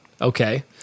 Okay